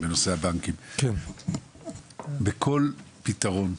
בנושא הבנקים, בכל פתרון,